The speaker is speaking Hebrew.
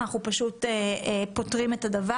אני שמחה לפתוח את וועדת הקנאביס של הכנסת לדיון נוסף.